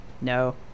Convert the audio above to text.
No